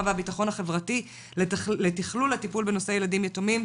והביטחון החברתי לתכלול הטיפול בנושא הילדים היתומים,